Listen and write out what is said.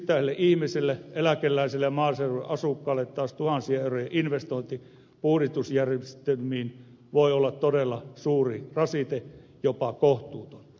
yksittäiselle ihmiselle eläkeläiselle ja maaseudun asukkaalle taas tuhansien eurojen investointi puhdistusjärjestelmiin voi olla todella suuri rasite jopa kohtuuton